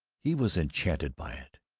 he was enchanted by it.